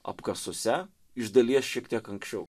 apkasuose iš dalies šiek tiek anksčiau